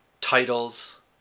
titles